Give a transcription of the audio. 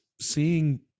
seeing